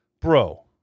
bro